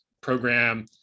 program